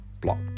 blocked